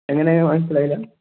എങ്ങനെ ആണ് മനസ്സിലായില്ല